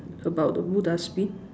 about the blue dustbin